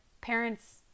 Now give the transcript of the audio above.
parents